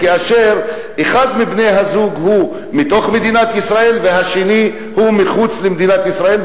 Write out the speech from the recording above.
כאשר אחד מבני-הזוג הוא מתוך מדינת ישראל והשני הוא מחוץ למדינת ישראל.